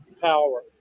Power